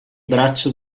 braccio